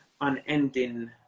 unending